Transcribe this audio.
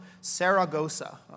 Saragossa